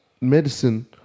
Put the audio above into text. medicine